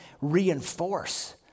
reinforce